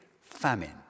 famine